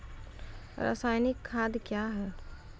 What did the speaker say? रसायनिक खाद कया हैं?